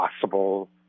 possible